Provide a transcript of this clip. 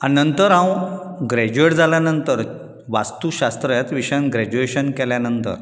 आनी नंतर हांव ग्रॅज्युएट जाल्यां नंतर वास्तुशास्त्र ह्या विशयांत ग्रॅज्युएशन केल्या नंतर